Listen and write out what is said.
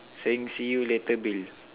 saying see you later Bill